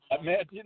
Imagine